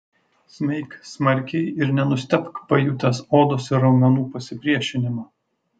smeik smarkiai ir nenustebk pajutęs odos ir raumenų pasipriešinimą